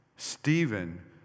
Stephen